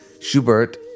Schubert